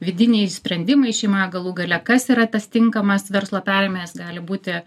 vidiniai sprendimai šeimoje galų gale kas yra tas tinkamas verslo perėmėjas gali būti